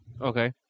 Okay